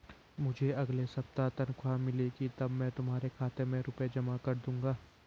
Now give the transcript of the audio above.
मुझे अगले हफ्ते तनख्वाह मिलेगी तब मैं तुम्हारे खाते में रुपए जमा कर दूंगा